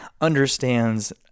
understands